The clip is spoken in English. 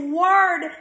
word